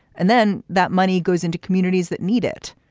and then that money goes into communities that need it.